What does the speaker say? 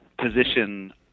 position